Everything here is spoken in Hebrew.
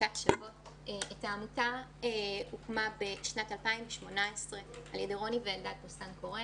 העמותה הוקמה בשנת 2018 על ידי רוני ואלדד פוסטן-קורן,